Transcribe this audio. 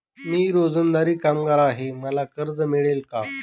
मी रोजंदारी कामगार आहे मला कर्ज मिळेल का?